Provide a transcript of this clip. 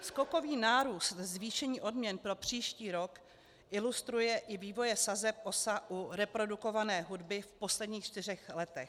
Skokový nárůst zvýšení odměn pro příští rok ilustruje i vývoje sazeb OSA u reprodukované hudby v posledních čtyřech letech.